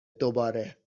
دوباره